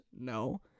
No